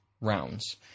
rounds